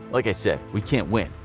like i said, we can't win.